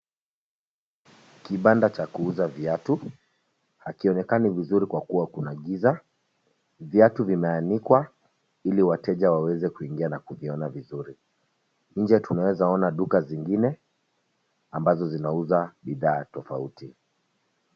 Kibanda cha kuuza viatu, hakionekani vizuri kwa kua kuna giza. Viatu vimeanikwa ili wateja waweze kungia na kuviona vizuri. Nje tunawezaona duka zingine ambazo zinauza bidhaa tofauti.